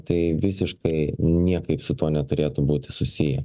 tai visiškai niekaip su tuo neturėtų būti susiję